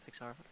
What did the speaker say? Pixar